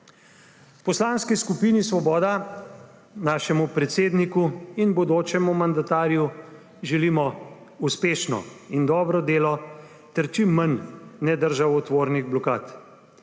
V Poslanski skupini Svoboda svojemu predsedniku in bodočemu mandatarju želimo uspešno in dobro delo ter čim manj nedržavotvornih blokad.